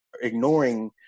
ignoring